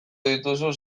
dituzu